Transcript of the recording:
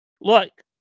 Look